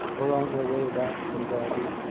were on their way back from derby,